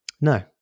No